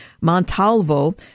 Montalvo